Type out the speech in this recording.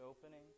opening